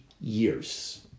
years